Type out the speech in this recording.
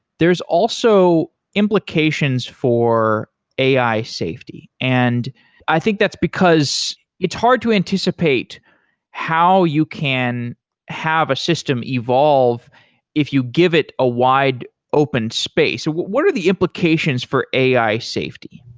there's also implications for ai safety, and i think that's because it's hard to anticipate how you can have a system evolve if you give it a wide open space. what are the implications for ai safety?